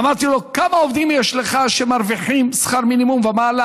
אמרתי לו: כמה עובדים יש לך שמרוויחים שכר מינימום ומעלה,